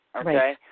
Okay